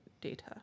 data